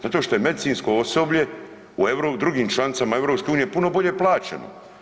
Zato što je medicinsko osoblje u drugim članicama EU puno bolje plaćeno.